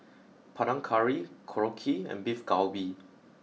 Panang curry Korokke and beef Galbi